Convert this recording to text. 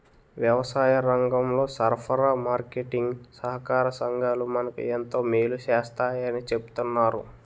వ్యవసాయరంగంలో సరఫరా, మార్కెటీంగ్ సహాకార సంఘాలు మనకు ఎంతో మేలు సేస్తాయని చెప్తన్నారు